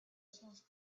source